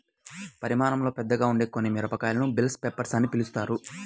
పరిమాణంలో పెద్దగా ఉండే కొన్ని మిరపకాయలను బెల్ పెప్పర్స్ అని పిలుస్తారు